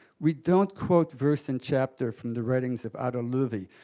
we don't quote verse and chapter from the writings of otto loewi,